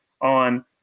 on